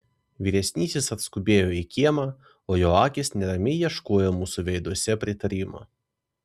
vyresnysis atskubėjo į kiemą o jo akys neramiai ieškojo mūsų veiduose pritarimo